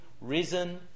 risen